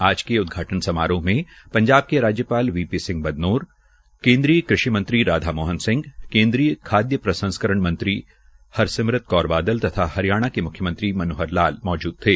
आज के उदघाटन समारोह में पंजाब के राज्यपाल बी पी सिंह बदनौर केन्द्रीय कृषि मंत्री राधा मोहन केन्द्रयय खाद्य प्रसंस्कारण मंत्री हरसिमरत कौर बादल तथा हरियाणा के मुख्यमंत्री मनोहर लाल मौजूद थे